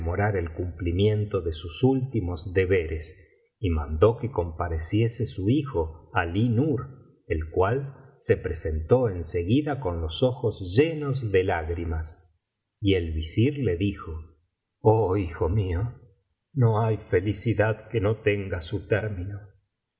el cumplimiento de sus últimos deberes y mandó que compareciese su hijo alí nur el cual se presentó en seguida con los ojos llenos de lágrimas y el visir le dijo oh hijo mío no hay felicidad que no tenga su término